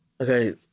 Okay